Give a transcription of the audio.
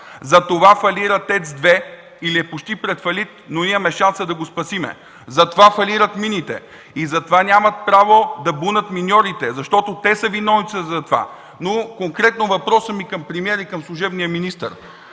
Затова фалира ТЕЦ-2 или е почти пред фалит, но имаме шанса да го спасим. Затова фалират мините и затова нямат право да бунят миньорите, защото те са виновниците за това. Конкретният ми въпрос към служебния премиер и служебния министър